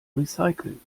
recyceln